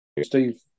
Steve